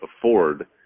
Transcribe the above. afford